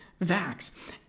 vax